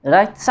Right